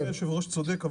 אדוני היושב-ראש צודק,